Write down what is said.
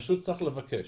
פשוט צריך לבקש.